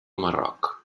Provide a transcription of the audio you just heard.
marroc